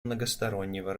многостороннего